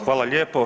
Hvala lijepo.